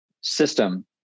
system